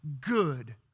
good